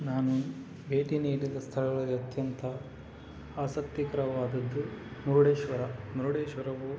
ನಾನು ಭೇಟಿ ನೀಡಿದ ಸ್ಥಳಗಳಲಿ ಅತ್ಯಂತ ಆಸಕ್ತಿಕರವಾದದ್ದು ಮುರುಡೇಶ್ವರ ಮುರುಡೇಶ್ವರವು